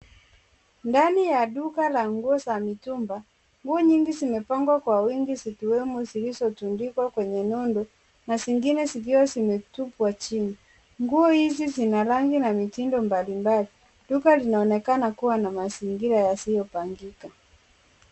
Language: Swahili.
Ndani ya duka la nguo za mitumba, nguo nyingi zimepangwa kwa wingi zikiwemo zilizotundikwa kwenye kiondo na zingine zikiwa zimetupwa chini. Nguo hizi zina rangi na mitindo mbalimbali. Duka linaonekana kuwa na mazingira yasiyopangika.